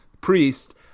priest